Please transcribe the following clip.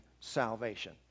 salvation